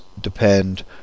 depend